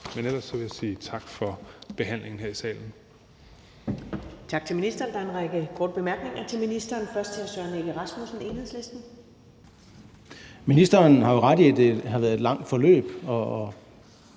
Men ellers vil jeg sige tak for behandlingen her i salen.